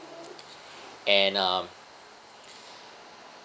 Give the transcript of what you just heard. and um